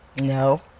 No